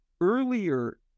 earlier